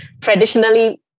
traditionally